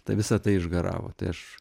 tai visa tai išgaravo tai aš